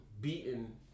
beaten